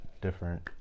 different